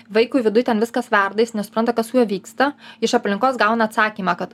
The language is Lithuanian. vaikui viduj ten viskas verda jis nesupranta kas su juo vyksta iš aplinkos gauna atsakymą kad